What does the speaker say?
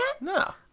No